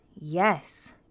Yes